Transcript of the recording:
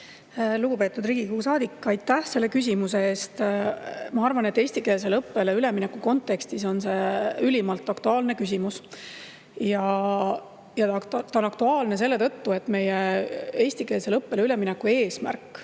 Lugupeetud Riigikogu saadik, aitäh selle küsimuse eest! Ma arvan, et eestikeelsele õppele ülemineku kontekstis on see ülimalt aktuaalne küsimus. Aktuaalne selle tõttu, et eestikeelsele õppele ülemineku eesmärk